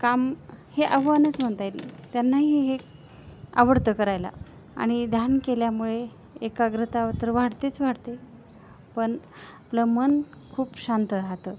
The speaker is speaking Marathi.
काम हे आव्हानच म्हणता येईल त्यांनाही हे आवडतं करायला आणि ध्यान केल्यामुळे एकाग्रता तर वाढतेच वाढते पण आपलं मन खूप शांत राहतं